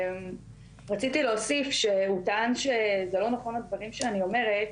רציתי להוסיף שהוא טען שזה לא נכון הדברים שאני אומרת,